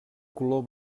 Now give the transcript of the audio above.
color